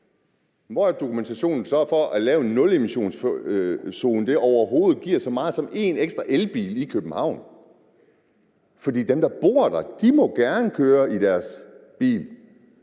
Hvor er dokumentationen så for, at det at lave en nulemissionszone overhovedet giver så meget som én ekstra elbil i København? For dem, der bor der, må gerne køre i deres bil.